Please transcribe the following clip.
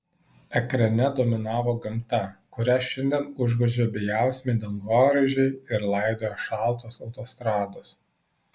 ekrane dominavo gamta kurią šiandien užgožia bejausmiai dangoraižiai ir laidoja šaltos autostrados